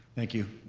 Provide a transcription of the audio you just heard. thank you.